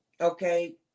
Okay